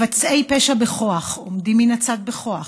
מבצעי פשע בכוח, עומדים מן הצד בכוח.